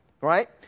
right